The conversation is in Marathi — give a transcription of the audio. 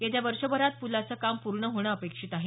येत्या वर्षभरात पुलाचं काम पूर्ण होणं अपेक्षित आहे